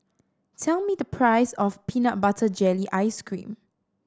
tell me the price of peanut butter jelly ice cream